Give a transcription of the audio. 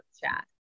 chat